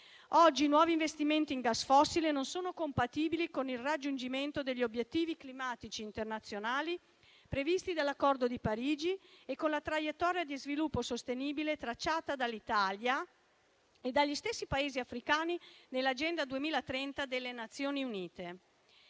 Oggi nuovi investimenti in gas fossile non sono compatibili con il raggiungimento degli obiettivi climatici internazionali previsti dall'Accordo di Parigi e con la traiettoria di sviluppo sostenibile tracciata dall'Italia e dagli stessi Paesi africani nell'Agenda 2030 delle Nazioni Unite.